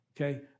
Okay